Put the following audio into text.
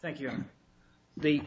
thank you the